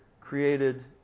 created